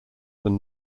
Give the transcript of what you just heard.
than